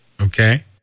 Okay